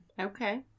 Okay